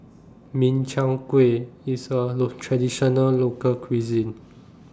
Min Chiang Kueh IS A Traditional Local Cuisine